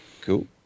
Cool